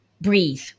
breathe